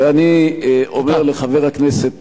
ואני אומר לחבר הכנסת טיבי: